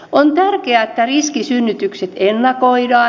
on tärkeää että riskisynnytykset ennakoidaan